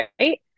Right